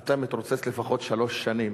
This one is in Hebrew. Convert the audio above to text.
אתה מתרוצץ לפחות שלוש שנים.